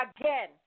Again